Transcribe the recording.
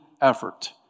effort